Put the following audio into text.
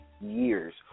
years